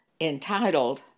entitled